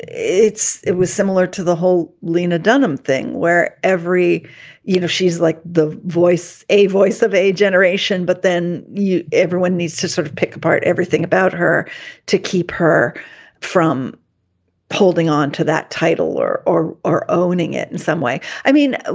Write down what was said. it's it was similar to the whole lena dunham thing where every either she's like the voice, a voice of a generation. but then you everyone needs to sort of pick apart everything about her to keep her from pulling onto that title or or or owning it in some way i mean,